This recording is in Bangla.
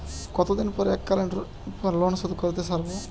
কতদিন পর এককালিন লোনশোধ করতে সারব?